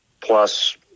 plus